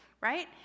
right